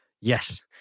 Yes